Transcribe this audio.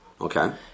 Okay